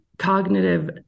cognitive